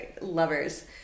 lovers